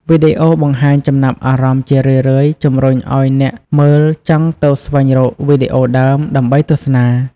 វីដេអូបង្ហាញចំណាប់អារម្មណ៍ជារឿយៗជម្រុញឱ្យអ្នកមើលចង់ទៅស្វែងរកវីដេអូដើម ដើម្បីទស្សនា។